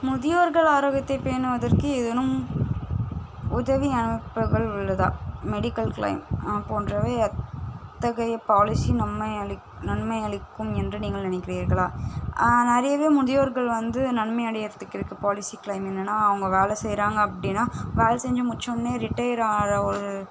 முதியோர்கள் ஆரோக்கியத்தை பேணுவதற்கு ஏதேனும் உதவி அமைப்புகள் உள்ளதா மெடிக்கல் க்ளைம் போன்றவை அத்தகைய பாலிசி நன்மை அளிக் நன்மை அளிக்கும் என்று நீங்கள் நினைக்கிறீர்களா நிறையவே முதியோர்கள் வந்து நன்மை அடைகிறத்துக்கு இருக்க பாலிசி க்ளைம் என்னன்னா அவங்க வேலை செய்றாங்கள் அப்படின்னா வேலை செஞ்சு முடிச்சோடன்னே ரிட்டையர் ஆக ஒரு